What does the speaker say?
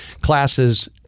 classes